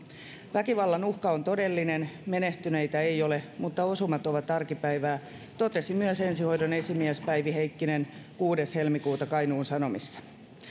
väkivallan uhka on todellinen menehtyneitä ei ole mutta osumat ovat arkipäivää totesi myös ensihoidon esimies päivi heikkinen kuudes helmikuuta kainuun sanomissa